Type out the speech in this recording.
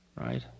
right